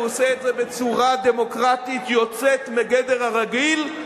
הוא עושה את זה בצורה דמוקרטית יוצאת מגדר הרגיל,